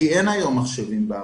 כי אין היום מחשבים בארץ.